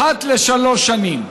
אחת לשלוש שנים,